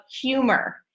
humor